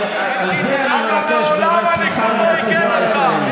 ועל זה אני מבקש באמת סליחה מהציבור הישראלי.